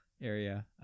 area